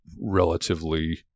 relatively